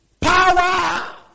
power